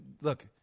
look